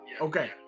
okay